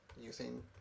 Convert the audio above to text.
using